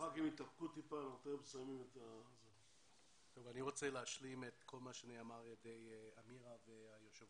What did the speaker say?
אני רוצה להשלים את כל מה שנאמר על ידי אמירה והיושב